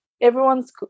everyone's